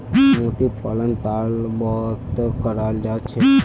मोती पालन तालाबतो कराल जा छेक